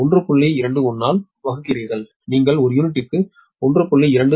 21 ஆல் வகுக்கிறீர்கள் நீங்கள் ஒரு யூனிட்டுக்கு 1